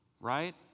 right